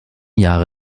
jahre